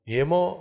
Yemo